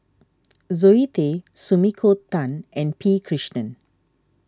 Zoe Tay Sumiko Tan and P Krishnan